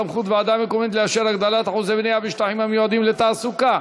סמכות ועדה מקומית לאשר הגדלת אחוזי בנייה בשטחים המיועדים לתעסוקה),